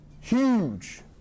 huge